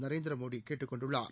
நரேந்திரமோடிகேட்டுக்கொண்டுள்ளார்